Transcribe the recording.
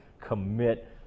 commit